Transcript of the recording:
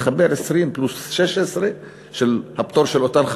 תחבר 20 פלוס 16 של הפטור של אותן חברות,